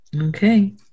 Okay